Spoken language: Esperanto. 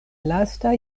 lasta